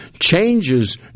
changes